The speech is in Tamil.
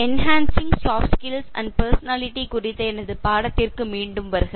enhancing soft skills and personality குறித்த எனது பாடத்திற்கு மீண்டும் வருக